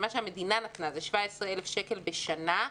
מה שהמדינה נתנה - 17 אלף שקל בשנה.